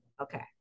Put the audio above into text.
Okay